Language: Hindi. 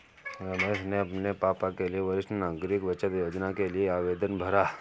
रमेश ने अपने पापा के लिए वरिष्ठ नागरिक बचत योजना के लिए आवेदन भरा